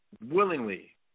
willingly